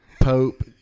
Pope